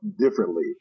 differently